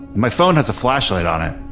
my phone has a flashlight on it,